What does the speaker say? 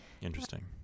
Interesting